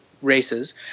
Races